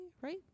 right